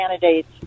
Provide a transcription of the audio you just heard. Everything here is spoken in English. candidates